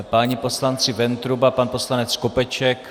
Páni poslanci Ventruba, pan poslanec Skopeček.